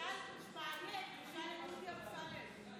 תשאל את דודי אמסלם.